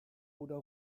oder